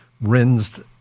rinsed